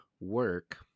work